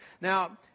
Now